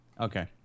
Okay